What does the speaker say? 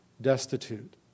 destitute